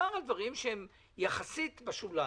מדובר על דברים שהם יחסית בשוליים.